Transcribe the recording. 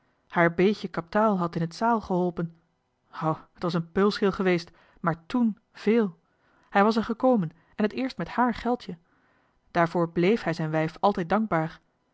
haar beetje kap'taal had in t zaêl geholpen o t was een peulschil maar ten was het veel hij was er gekomen en t eerst met haar geldje daarvoor blééf hij zijn wijf altijd dankbaar